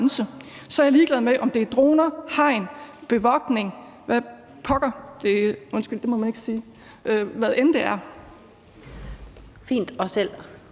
så er jeg ligeglad med, om det er droner, hegn, bevogtning, eller hvad pokker – undskyld, det må man ikke sige – hvad det end er.